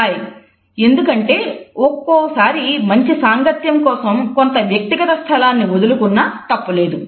hi ఎందుకంటే ఒక్కోసారి మంచి సాంగత్యం కోసం కొంత వ్యక్తిగత స్థలాన్ని వదులుకున్నా తప్పులేదు